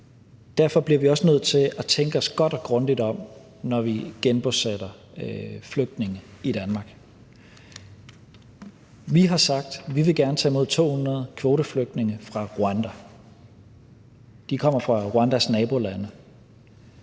Derfor bliver vi også nødt til at tænke os godt og grundigt om, når vi genbosætter flygtninge i Danmark. Vi har sagt, at vi gerne vil tage imod 200 kvoteflygtninge fra Rwanda. De kommer fra Rwandas nabolande.